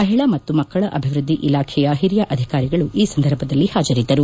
ಮಹಿಳಾ ಮತ್ತು ಮಕ್ಕಳ ಅಭಿವೃದ್ದಿ ಇಲಾಖೆಯ ಹಿರಿಯ ಅಧಿಕಾರಿಗಳು ಈ ಸಂದರ್ಭದಲ್ಲಿ ಹಾಜರಿದ್ದರು